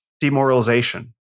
Demoralization